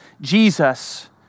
Jesus